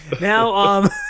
Now